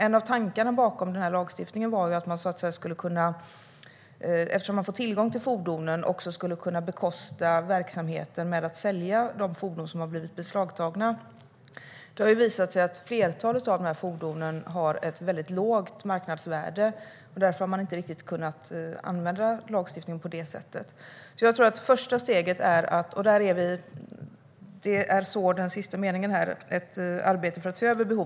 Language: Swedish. En av tankarna bakom den här lagstiftningen var att man skulle kunna bekosta verksamheten genom att sälja de fordon som blivit beslagtagna, eftersom man får tillgång till fordonen. Det har dock visat sig att flertalet av fordonen har ett väldigt lågt marknadsvärde. Därför har man inte riktigt kunnat använda lagstiftningen på det sättet. Som jag sa i slutet av interpellationssvaret pågår ett arbete för att se över behovet av ytterligare åtgärder.